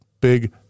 big